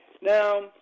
Now